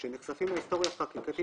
כאשר מסתכלים לצורך חקיקתי,